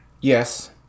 Yes